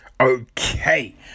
Okay